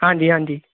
ਹਾਂਜੀ ਹਾਂਜੀ